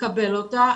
לקבל אותה,